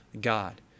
God